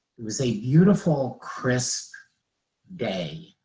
it was a beautiful, crisp day,